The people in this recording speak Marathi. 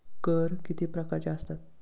कर किती प्रकारांचे असतात?